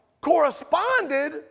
corresponded